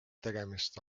tegemist